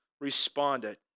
responded